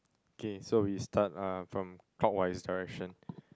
okay so we start uh from clockwise direction